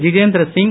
Jitendra Singh